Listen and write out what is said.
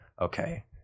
okay